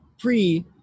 pre